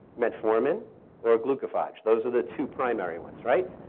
metformin or glucophage? those are the two primary ones, right.